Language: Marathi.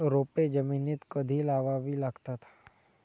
रोपे जमिनीत कधी लावावी लागतात?